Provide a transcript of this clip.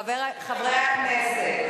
חברי הכנסת,